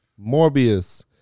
Morbius